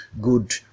good